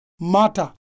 matter